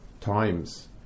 times